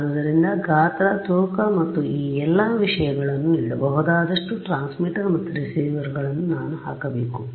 ಆದ್ದರಿಂದ ಗಾತ್ರ ತೂಕ ಮತ್ತು ಈ ಎಲ್ಲ ವಿಷಯಗಳನ್ನು ನೀಡಬಹುದಾದಷ್ಟು ಟ್ರಾನ್ಸ್ಮಿಟರ್ ಮತ್ತು ರಿಸೀವರ್ಗಳನ್ನು ನಾನು ಹಾಕಬೇಕು